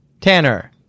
Tanner